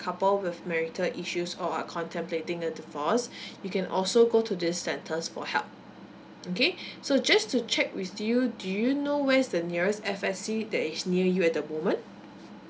couple with marital issues or are contemplating a divorce you can also go to these centres for help okay so just to check with you do you know where is the nearest F_S_C that is near you at the moment